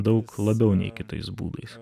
daug labiau nei kitais būdais